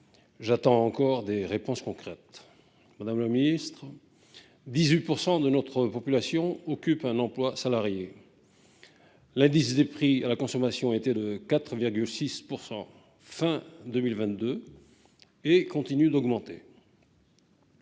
J'attends encore des réponses concrètes. Madame la ministre, seuls 18 % de notre population occupent un emploi salarié. L'indice des prix à la consommation était de 4,6 % à la fin de 2022, et il continue d'augmenter.